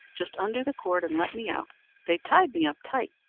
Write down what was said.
just undo the cord and let me out they tied me up tight,